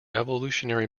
evolutionary